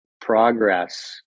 progress